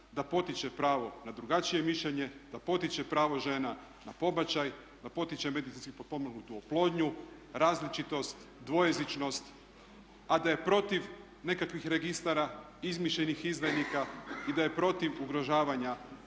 da potiče pravo na drugačije mišljenje, da potiče pravo žena na pobačaj, da potiče medicinski potpomognutu oplodnju, različitost, dvojezičnost a da je protiv nekakvih registara izmišljenih izdajnika i da je protiv ugrožavanja